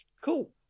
Cool